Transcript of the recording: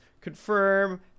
confirm